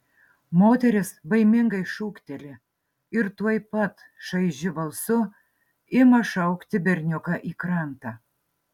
moteris baimingai šūkteli ir tuoj pat šaižiu balsu ima šaukti berniuką į krantą